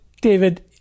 David